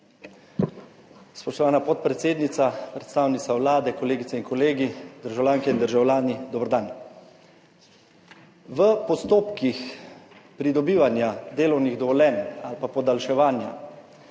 Spoštovana podpredsednica, predstavnica Vlade, kolegice in kolegi, državljanke in državljani, dober dan! V postopkih pridobivanja delovnih dovoljenj ali pa podaljševanja